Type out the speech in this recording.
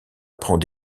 prend